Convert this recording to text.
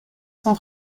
sont